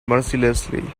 mercilessly